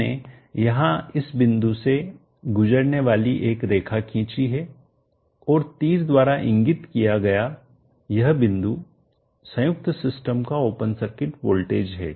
मैंने यहां इस बिंदु से गुजरने वाली एक रेखा खींची है और तीर द्वारा इंगित किया गया यह बिंदु संयुक्त सिस्टम का ओपन सर्किट वोल्टेज है